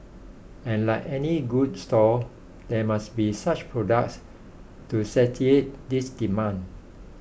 and like any good store there must be such products to satiate this demand